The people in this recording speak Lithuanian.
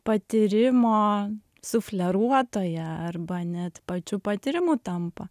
patyrimo sufleruotoja arba net pačiu patyrimu tampa